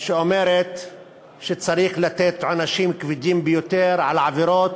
שאומרת שצריך לתת עונשים כבדים ביותר על עבירות,